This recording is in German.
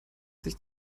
sich